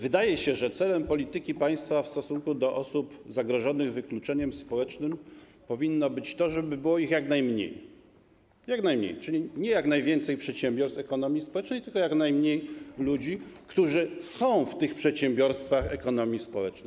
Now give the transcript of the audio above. Wydaje się, że celem polityki państwa w stosunku do osób zagrożonych wykluczeniem społecznym powinno być to, żeby było ich jak najmniej - czyli nie jak najwięcej przedsiębiorstw ekonomii społecznej, tylko jak najmniej ludzi, którzy są w tych przedsiębiorstwach ekonomii społecznej.